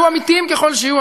יהיו אמיתיים ככל שיהיו,